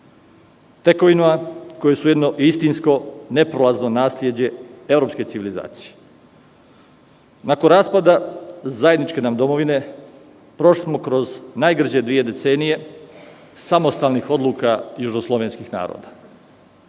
tekovinama koje su jedno istinsko neprolazno nasleđe evropske civilizacije. Nakon raspada zajedničke nam domovine prošli smo kroz najgrđe dve decenije samostalnih odluka južnoslovenskih naroda.